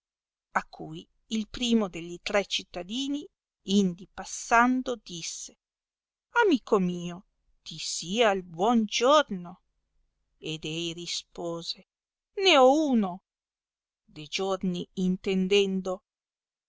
a cui il primo delli tre cittadini indi passando disse amico mio ti sia il buon giorno ed ei rispose ne ho uno de giorni intendendo